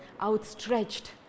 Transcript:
outstretched